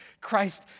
Christ